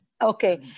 Okay